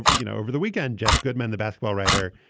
ah you know over the weekend, jeff goodman, the basketball writer,